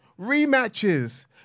Rematches